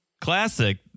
Classic